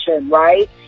right